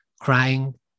crying